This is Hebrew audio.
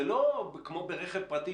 זה לא כמו ברכב פרטי,